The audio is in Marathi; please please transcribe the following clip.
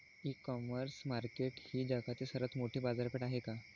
इ कॉमर्स मार्केट ही जगातील सर्वात मोठी बाजारपेठ आहे का?